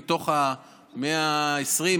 מתוך 120,